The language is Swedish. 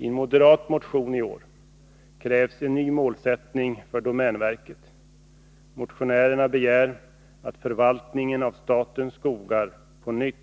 I en moderat motion i år krävs en ny målsättning för domänverket. Motionärerna begär att förvaltningen av statens skogar på nytt